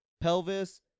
pelvis